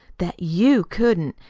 that you couldn't.